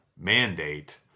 mandate